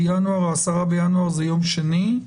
בינואר, ה-10 בינואר, יום שני.